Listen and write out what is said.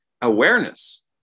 awareness